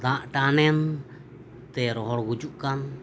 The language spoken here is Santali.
ᱫᱟᱜ ᱴᱟᱱᱮᱱ ᱛᱮ ᱨᱚᱦᱚᱲ ᱜᱩᱡᱩᱜ ᱠᱟᱱ